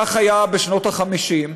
כך היה בשנות ה-50,